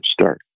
start